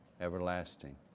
everlasting